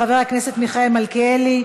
של חבר הכנסת מיכאל מלכיאלי.